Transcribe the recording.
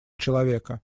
человека